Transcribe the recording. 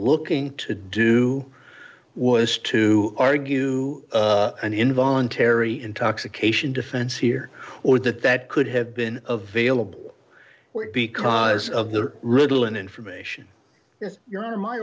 looking to do was to argue an involuntary intoxication defense here or that that could have been available because of the ritalin information yes you